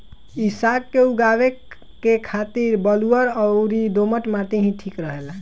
इ साग के उगावे के खातिर बलुअर अउरी दोमट माटी ही ठीक रहेला